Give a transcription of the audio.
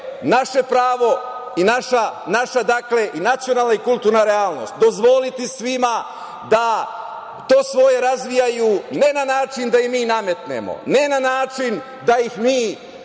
naše pravo i naša nacionalna i kulturna realnost dozvoliti svima da to svoje razvijaju ne na način da im mi nametnemo, ne na način da ih mi oblikujemo